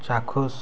ଚାକ୍ଷୁଷ